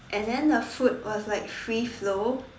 and then the food was like free flow